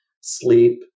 sleep